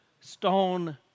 Stone